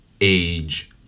age